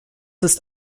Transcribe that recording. ist